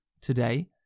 today